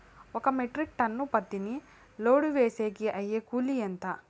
ఒక metric ton పత్తిని load వేసేకి అయ్యే కూలి ఎంత?